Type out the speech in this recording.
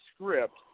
script